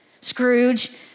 Scrooge